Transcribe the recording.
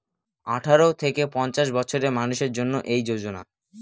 আঠারো থেকে পঞ্চাশ বছরের মানুষের জন্য এই যোজনা